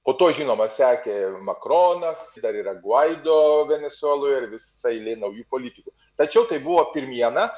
po to žinoma sekė makronas dar yra gvaido venesueloje ir visa eilė naujų politikų tačiau tai buvo pirmiena